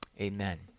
amen